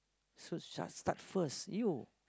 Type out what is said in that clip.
so should I start first you